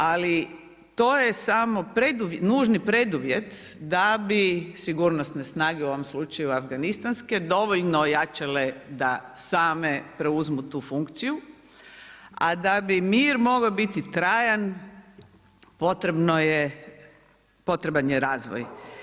Ali, to je samo nužni preduvjet, da bi sigurnosne snage u ovom slučaju afganistanske, dovoljno ojačale da same preuzmu tu funkciju, a da bi mir moga biti trajan, potreban je razvoj.